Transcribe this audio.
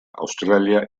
australia